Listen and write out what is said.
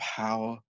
power